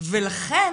ולכן